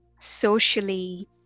socially